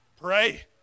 pray